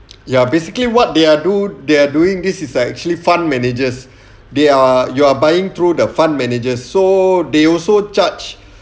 ya basically what they are do they are doing this is like actually fund managers they are you are buying through the fund managers so they also charge